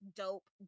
dope